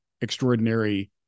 extraordinary